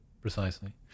Precisely